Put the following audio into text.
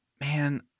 Man